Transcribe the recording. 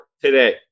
today